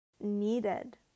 needed